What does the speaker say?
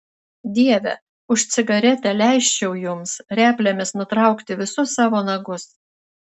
dieve už cigaretę leisčiau jums replėmis nutraukti visus savo nagus